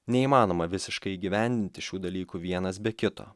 neįmanoma visiškai įgyvendinti šių dalykų vienas be kito